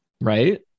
Right